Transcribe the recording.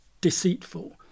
deceitful